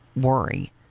worry